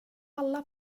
alla